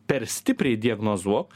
per stipriai diagnozuok